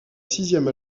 sixième